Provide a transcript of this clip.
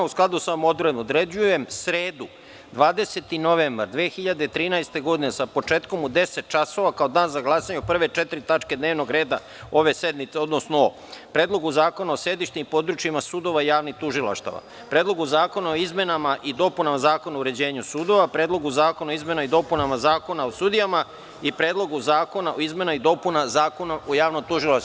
U skladu sa ovom odredbom, određujem sredu, 20. novembar 2013. godine, sa početkom u 10.00 časova, kao Dan za glasanje o prve četiri tačke dnevnog reda ove sednice, odnosno o: Predlogu zakona o sedištima i područjima sudova i javnih tužilaštava, Predlogu zakona o izmenama i dopunama Zakona o uređenju sudova, Predlogu zakona o izmenama i dopunama Zakona o sudijama i Predlogu zakona o izmenama i dopunama Zakona o javnom tužilaštvu.